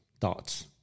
thoughts